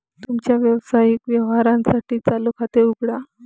तुमच्या व्यावसायिक व्यवहारांसाठी चालू खाते उघडा